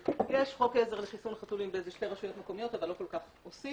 יש חוק עזר לחיסון חתולים באיזה שתי רשויות מקומיות אבל לא כל כך עושים.